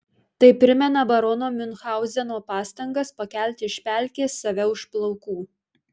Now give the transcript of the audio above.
tai primena barono miunchauzeno pastangas pakelti iš pelkės save už plaukų